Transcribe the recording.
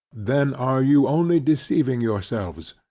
then are you only deceiving yourselves,